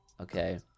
Okay